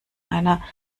einer